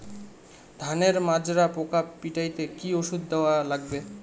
ধানের মাজরা পোকা পিটাইতে কি ওষুধ দেওয়া লাগবে?